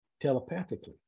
telepathically